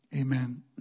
Amen